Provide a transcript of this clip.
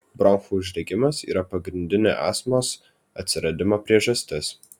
bronchų uždegimas yra pagrindinė astmos atsiradimo priežastis